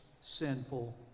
sinful